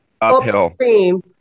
upstream